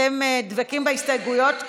אתם דבקים בהסתייגויות?